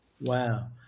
Wow